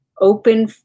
open